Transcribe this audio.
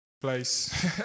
place